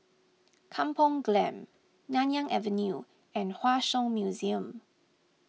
Kampong Glam Nanyang Avenue and Hua Song Museum